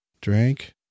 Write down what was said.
drink